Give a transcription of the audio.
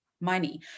money